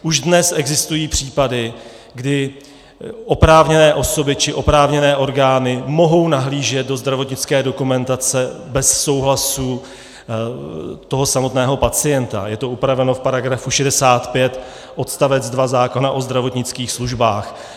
Už dnes existují případy, kdy oprávněné osoby či oprávněné orgány mohou nahlížet do zdravotnické dokumentace bez souhlasu toho samotného pacienta, je to upraveno v § 65 odst. 2 zákona o zdravotnických službách.